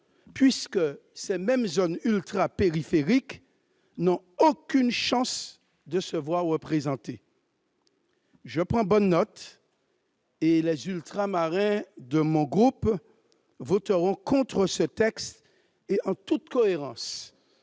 puisque ces mêmes zones ultrapériphériques n'ont aucune chance de se voir représentées. J'en prends bonne note. Les Ultramarins de mon groupe voteront contre ce texte, en toute cohérence